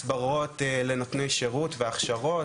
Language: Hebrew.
הסברות לנותני שירות והכשרות,